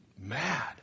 mad